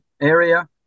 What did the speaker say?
area